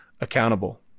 accountable